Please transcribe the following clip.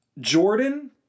Jordan